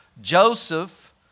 Joseph